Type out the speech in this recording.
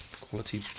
Quality